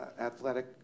athletic